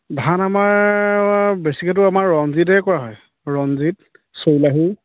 ধান আমাৰ বেছিকেতো আমাৰ ৰঞ্জিতে কৰা হয় ৰঞ্জিত চৌলাহী